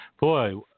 Boy